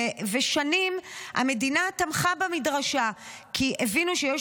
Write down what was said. ושנים המדינה תמכה במדרשה כי הבינו שיש